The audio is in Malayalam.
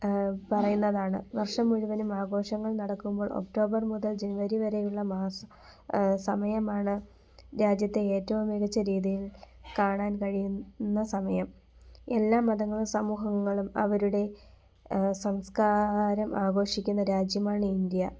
പറയുന്നതാണ് വർഷം മുഴുവനും ആഘോഷങ്ങൾ നടക്കുമ്പോൾ ഒക്ടോബർ മുതൽ ജനുവരി വരെയുള്ള മാസം സമയമാണ് രാജ്യത്തെ ഏറ്റവും മികച്ച രീതിയിൽ കാണാൻ കഴിയുന്ന സമയം എല്ലാ മതങ്ങളും സമൂഹങ്ങളും അവരുടെ സംസ്കാരം ആഘോഷിക്കുന്ന രാജ്യമാണ് ഇന്ത്യ